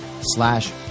slash